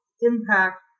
impact